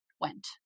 Went